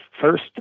first